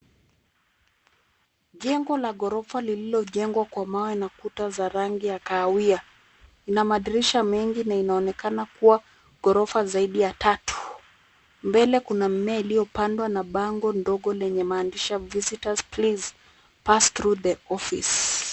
Jengo la ghorofa lililojengwa kwa mawe na kuta za rangi ya kahawia, Ina madirisha mengi na inaonekana kuwa ghorofa zaidi ya tatu. Mbele kuna mimea iliyopandwa na bango ndogo lenye maandishi visitors please, pass through the office .